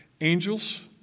Angels